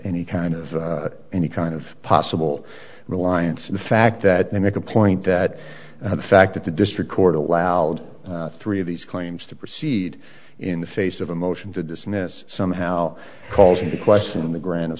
any kind of any kind of possible reliance on the fact that they make a point that the fact that the district court allowed three of these claims to proceed in the face of a motion to dismiss somehow calls into question the gran